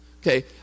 Okay